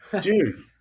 Dude